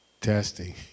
testing